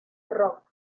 rock